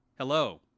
Hello